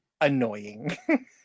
annoying